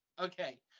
Okay